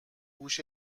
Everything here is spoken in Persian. هوش